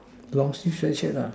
long sleeve sweatshirt